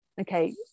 okay